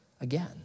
again